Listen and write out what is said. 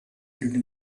written